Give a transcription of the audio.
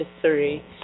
three